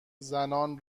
زنان